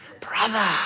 brother